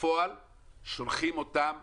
בפועל שולחים אותם